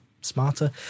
smarter